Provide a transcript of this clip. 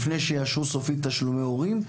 לפני שיאשרו סופית תשלומי הורים,